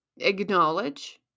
acknowledge